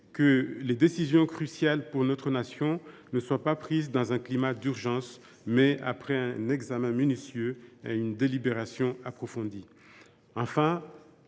que les décisions cruciales pour notre nation soient prises non dans un climat d’urgence, mais après un examen minutieux et une délibération approfondie. Enfin,